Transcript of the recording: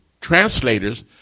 translators